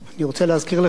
אני רוצה להזכיר לך,